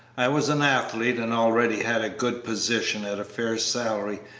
i was an athlete and already had a good position at a fair salary,